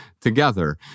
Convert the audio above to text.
together